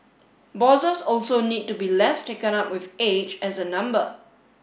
bosses also need to be less taken up with age as a number